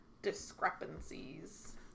discrepancies